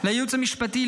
לייעוץ המשפטי,